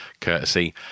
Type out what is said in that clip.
courtesy